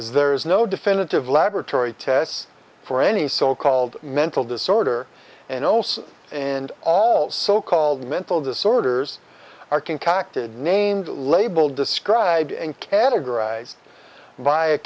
is there is no definitive laboratory tests for any so called mental disorder and also and all so called mental disorders are concocted named label described and categorized by a